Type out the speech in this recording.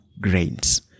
grains